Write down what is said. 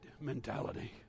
mentality